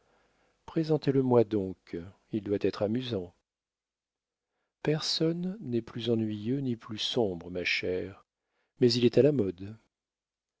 pas présentez le moi donc il doit être amusant personne n'est plus ennuyeux ni plus sombre ma chère mais il est à la mode